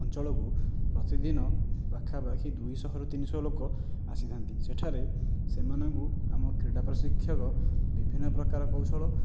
ଅଞ୍ଚଳକୁ ପ୍ରତିଦିନ ପାଖାପାଖି ଦୁଇଶହରୁ ତିନିଶହ ଲୋକ ଆସିଥାନ୍ତି ସେଠାରେ ସେମାନଙ୍କୁ ଆମ କ୍ରୀଡ଼ା ପ୍ରଶିକ୍ଷକ ବିଭିନ୍ନ ପ୍ରକାର କୌଶଳ